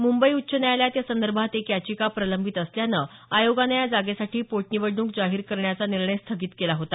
मुंबई उच्च न्यायालयात या संदर्भात एक याचिका प्रलंबित असल्यानं आयोगानं या जागेसाठी पोटनिवडणूक जाहीर करण्याचा निर्णय स्थगित केला होता